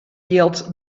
jild